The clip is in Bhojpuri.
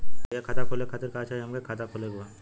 भईया खाता खोले खातिर का चाही हमके खाता खोले के बा?